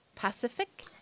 pacific